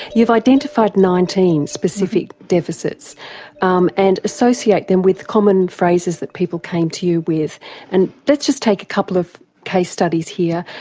you've identified nineteen specific deficits um and associated them with common phrases that people came to you with and let's just take a couple of case studies here.